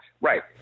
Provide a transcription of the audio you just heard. Right